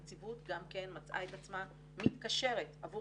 הנציבות גם כן מצאה את עצמה מתקשרת עבור